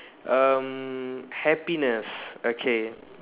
um happiness okay